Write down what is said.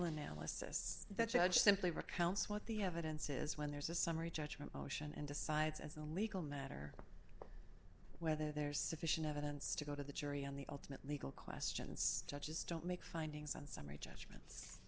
analysis that judge simply recounts what the evidence says when there's a summary judgment ocean and decides as a legal matter whether there's sufficient evidence to go to the jury on the ultimate legal questions such as don't make findings on summ